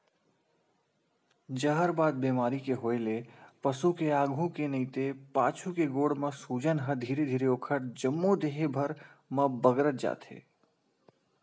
जहरबाद बेमारी के होय ले पसु के आघू के नइते पाछू के गोड़ म सूजन ह धीरे धीरे ओखर जम्मो देहे भर म बगरत जाथे